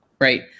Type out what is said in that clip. right